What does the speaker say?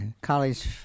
college